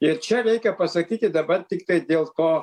ir čia reikia pasakyti dabar tiktai dėl ko